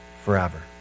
forever